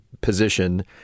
position